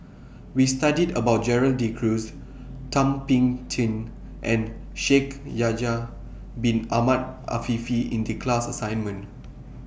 We studied about Gerald De Cruz Thum Ping Tjin and Shaikh Yahya Bin Ahmed Afifi in The class assignment